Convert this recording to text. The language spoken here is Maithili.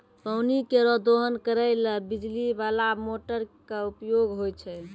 पानी केरो दोहन करै ल बिजली बाला मोटर क उपयोग होय छै